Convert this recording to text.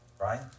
Right